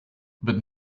but